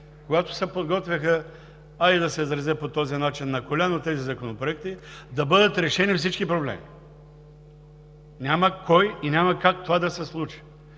когато се подготвяха, хайде да се изразя по този начин – „на коляно“, с тези законопроекти, да бъдат решени всички проблеми. Няма кой и няма как това да се случи!